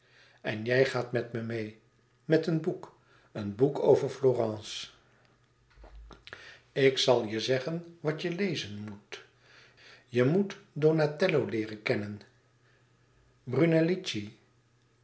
en jij gaat met me meê met een boek een boek over florence ik zal je zeggen wat je lezen moet je moet donatello leeren kennen